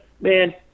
man